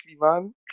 man